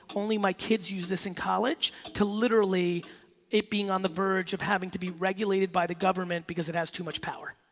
only my kids use this in college to literally it being on the verge of having to be regulated by the government because it has too much power.